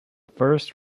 first